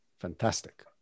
Fantastic